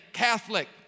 catholic